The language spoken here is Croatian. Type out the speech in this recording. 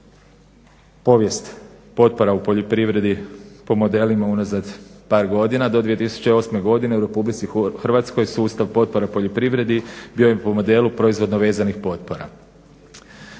povijest potpora u poljoprivredi po modelima unazad par godina. Do 2008. godine u RH sustav potpora poljoprivredi bio je po modelu proizvodno vezanih potpora.